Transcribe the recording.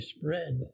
spread